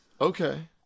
Okay